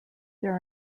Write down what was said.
there